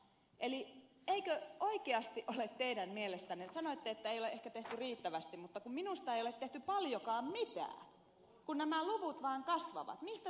sanoitte että ei ehkä ole tehty riittävästi mutta minusta ei ole tehty paljon mitään kun nämä luvut vaan kasvavat